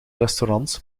restaurants